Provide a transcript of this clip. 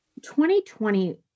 2020